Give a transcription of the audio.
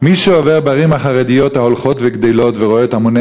"מי שעובר בערים החרדיות ההולכות וגדלות ורואה את המוני